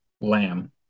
Lamb